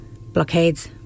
blockades